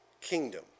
kingdom